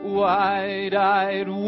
wide-eyed